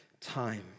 time